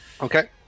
Okay